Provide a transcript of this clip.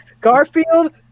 Garfield